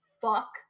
fuck